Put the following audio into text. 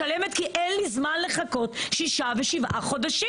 משלמת, כי אין לי זמן לחכות שישה ושבעה חודשים.